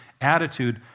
attitude